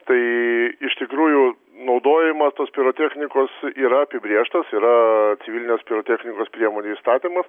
tai iš tikrųjų naudojimas tos pirotechnikos yra apibrėžtas yra civilinės pirotechnikos priemonių įstatymas